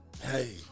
Hey